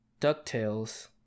DuckTales